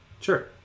Sure